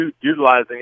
utilizing